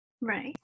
Right